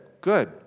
Good